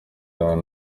down